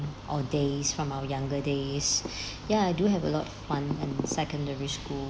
or days from our younger days ya I do have a lot of fun in secondary school